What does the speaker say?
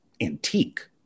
antique